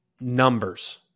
numbers